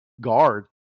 guard